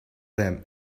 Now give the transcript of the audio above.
them